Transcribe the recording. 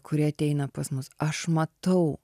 kurie ateina pas mus aš matau